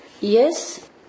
Yes